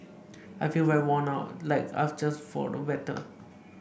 I feel very worn out like I've just fought a battle